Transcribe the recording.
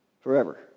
forever